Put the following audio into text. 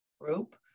group